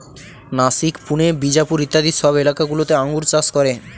নাসিক, পুনে, বিজাপুর ইত্যাদি সব এলাকা গুলোতে আঙ্গুর চাষ করে